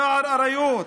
שער האריות.